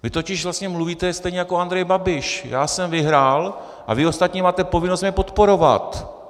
Vy totiž vlastně mluvíte stejně jako Andrej Babiš: Já jsem vyhrál a vy ostatní máte povinnost mě podporovat.